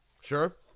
sure